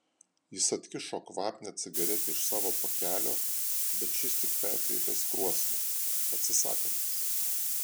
jis atkišo kvapnią cigaretę iš savo pakelio bet šis tik perkreipė skruostą atsisakantis